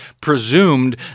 presumed